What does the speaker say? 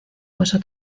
hueso